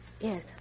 Yes